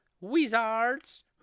Wizards